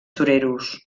toreros